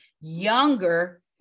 younger